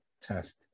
test